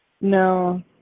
no